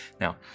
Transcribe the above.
Now